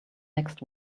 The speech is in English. next